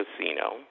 casino